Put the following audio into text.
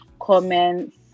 comments